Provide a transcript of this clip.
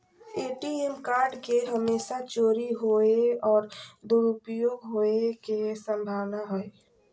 ATM card के हमेशा चोरी होवय और दुरुपयोग होवेय के संभावना हइ